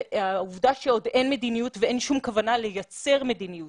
העובדה שעוד אין מדיניות ואין כל כוונה לייצר מדיניות